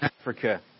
Africa